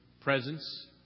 presence